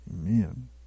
Amen